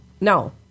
No